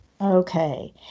Okay